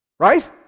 Right